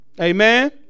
Amen